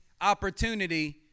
opportunity